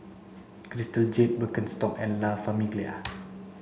Crystal Jade Birkenstock and La Famiglia